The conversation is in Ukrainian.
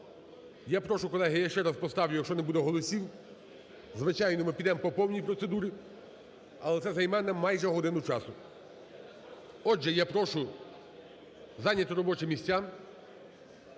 Я прошу, колеги, я ще раз поставлю, якщо не буде голосів, звичайно, ми підемо по повній процедурі, але це займе майже годину часу. Отже, я прошу зайняти робочі місця